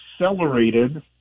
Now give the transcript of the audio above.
accelerated